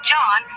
John